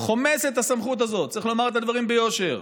חומס את הסמכות הזאת, צריך לומר את הדברים ביושר,